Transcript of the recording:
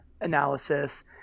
analysis